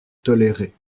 tolérer